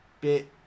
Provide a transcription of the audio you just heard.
bit